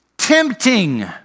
tempting